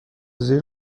زیر